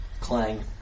Clang